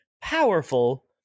powerful